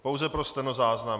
Pouze pro stenozáznam.